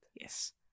Yes